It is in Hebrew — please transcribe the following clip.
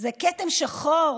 זה כתם שחור.